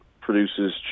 produces